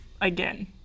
again